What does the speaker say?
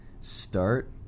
start